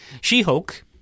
She-Hulk